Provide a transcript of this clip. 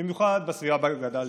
במיוחד בסביבה שבה גדלתי.